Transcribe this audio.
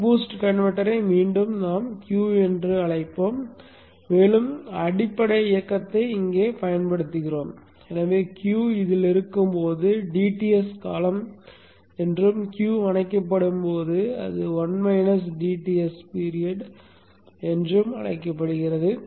buck boost கன்வெர்ட்டரை மீண்டும் நாம் Q என அழைக்கிறோம் மேலும் அடிப்படை இயக்ககத்தை இங்கே பயன்படுத்துகிறோம் எனவே Q இதில் இருக்கும் போது dTs காலம் என்றும் Q அணைக்கப்படும் போது அது 1 dTs பீரியட் என்றும் அழைக்கப்படுகிறது